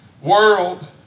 world